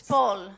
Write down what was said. Paul